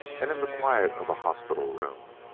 and, in the quiet of a hospital room,